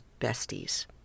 besties